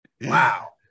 Wow